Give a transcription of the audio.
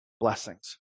blessings